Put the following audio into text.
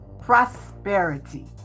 prosperity